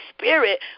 Spirit